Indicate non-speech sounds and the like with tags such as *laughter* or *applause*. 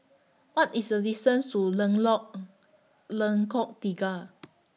What IS The distance to *unintelligible* Lengkok Tiga